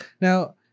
Now